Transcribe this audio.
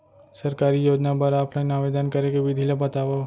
सरकारी योजना बर ऑफलाइन आवेदन करे के विधि ला बतावव